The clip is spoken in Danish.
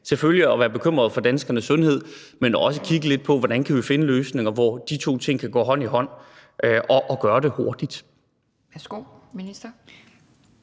selvfølgelig at være bekymret for danskernes sundhed, men også kigge lidt på, hvordan vi kan finde løsninger, hvor de to ting kan gå hånd i hånd – og gøre det hurtigt.